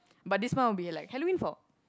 but this month will be like Halloween fall